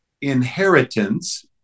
inheritance